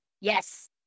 Yes